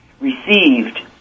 received